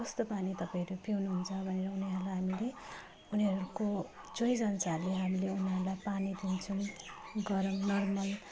कस्तो पानी तपाईँहरू पिउनुहुन्छ भनेर उनीहरूलाई हामीले उनीहरूको चोइसअनुसारले हामीले उनीहरूलाई पानी दिन्छौँ गरम नर्मल